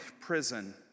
prison